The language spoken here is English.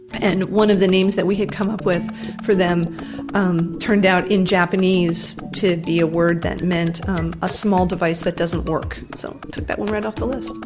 and one of the names that we had come up with for them um turned out in japanese to be a word that meant um a small device that doesn't work so, we took that one right off the list.